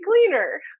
cleaner